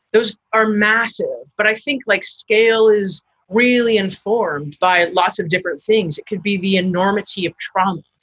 those are massive, but i think like scale is really informed by lots of different things. it could be the enormity of trump,